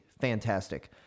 Fantastic